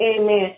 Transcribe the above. amen